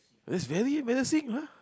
it's very embarrassing lah